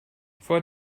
vor